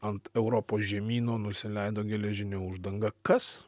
ant europos žemyno nusileido geležinė uždanga kas